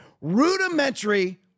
rudimentary